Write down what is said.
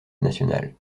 nationale